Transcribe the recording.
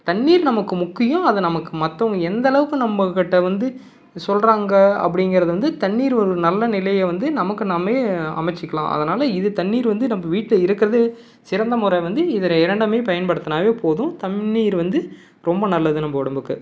தண்ணீர் நமக்கு முக்கியம் அது நமக்கு மற்றவங்க எந்தளவுக்கு நம்ம கிட்டே வந்து சொல்கிறாங்க அப்படிங்கிறத வந்து தண்ணீர் ஒரு நல்ல நிலையை வந்து நமக்கு நாமே அமைச்சுக்கலாம் அதனால் இது தண்ணீர் வந்து நம்ம வீட்டில் இருக்கிறது சிறந்த முறை வந்து இதில் இரண்டுமே பயன்படுத்தினாவே போதும் தண்ணீர் வந்து ரொம்ப நல்லது நம்ம உடம்புக்கு